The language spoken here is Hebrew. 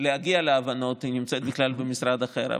להגיע להבנות נמצאת בכלל במשרד אחר.